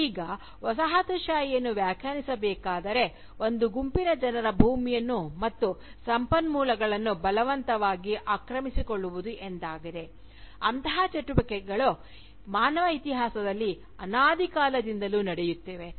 ಈಗ ವಸಾಹತುಶಾಹಿಯನ್ನು ವ್ಯಾಖ್ಯಾನಿಸಬೇಕಾದರೆ ಒಂದು ಗುಂಪಿನ ಜನರ ಭೂಮಿಯನ್ನು ಮತ್ತು ಸಂಪನ್ಮೂಲಗಳನ್ನು ಬಲವಂತವಾಗಿ ಆಕ್ರಮಿಸಿಕೊಳ್ಳುವುದು ಎಂದಾಗಿದೆ ಅಂತಹ ಚಟುವಟಿಕೆಗಳು ಮಾನವ ಇತಿಹಾಸದಲ್ಲಿ ಅನಾದಿ ಕಾಲದಿಂದಲೂ ನಡೆಯುತ್ತಿವೆ